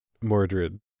Mordred